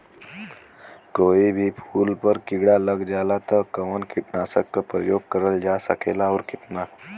कोई भी फूल पर कीड़ा लग जाला त कवन कीटनाशक क प्रयोग करल जा सकेला और कितना?